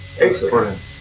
excellent